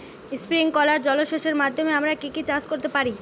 Sprinkler জলসেচের মাধ্যমে আমরা কি কি চাষ করতে পারি?